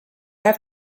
have